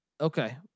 Okay